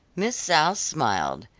miss south smiled.